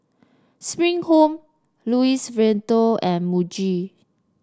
Spring Home Louis Vuitton and Muji